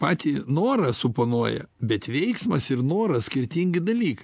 patį norą suponuoja bet veiksmas ir noras skirtingi dalykai